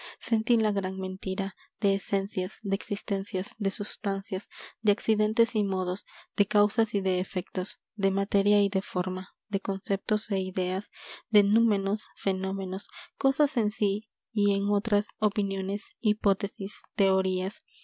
sentí la gran mentira de esencias de existencias de sustancias de accidentes y modos de causas y de efectos de materia y de forma de conceptos e ideas de mámenos fenómenos cosas en sí y en otras opiniones hipótesis teorías